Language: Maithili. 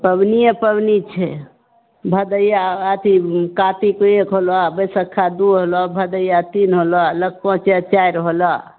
पबनिए पाबनि छै भदैया अथी कातिक एक होलौ बैशखा दू होलौ भदैया तीन होलौ छै चारि होलौ